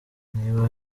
niba